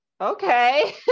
okay